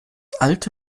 alte